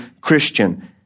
Christian